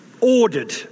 ordered